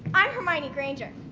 i'm hermione granger.